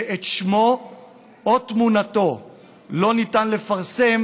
שאת שמו או תמונתו לא ניתן לפרסם,